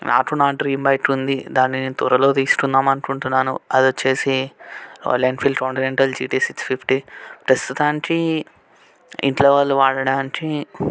నాకు నా dream bike ఉంది దాన్ని నేను త్వరలో తీసుకుందామని అనుకుంటున్నాను అది వచ్చేసి Royal Enfield Continental GT six fifty ప్రస్తుతానికి ఇంట్లో వాళ్ళు వాడటానికి